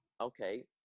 okay